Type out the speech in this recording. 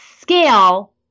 scale